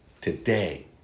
today